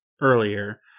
earlier